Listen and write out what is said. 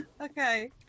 okay